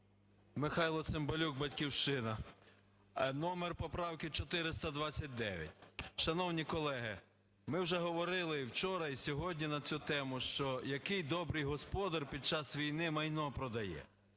Михайло Цимбалюк, "Батьківщина". Номер поправки 429. Шановні колеги, ми вже говорили вчора і сьогодні на цю тему, що який добрий господар під час війни майно продає.